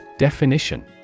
Definition